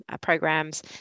programs